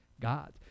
God